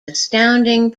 astounding